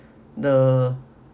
the